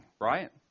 Right